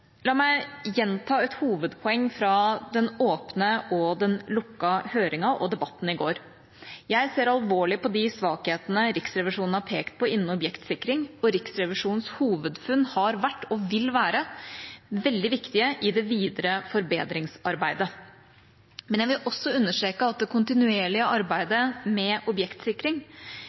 La meg gjenta et hovedpoeng fra den åpne og den lukkede høringen og debatten i går. Jeg ser alvorlig på de svakhetene Riksrevisjonen har pekt på innen objektsikring, og Riksrevisjonens hovedfunn har vært og vil være veldig viktige i det videre forbedringsarbeidet. Men jeg vil også understreke at det kontinuerlige arbeidet med objektsikring